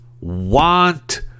want